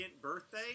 birthday